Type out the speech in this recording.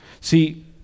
See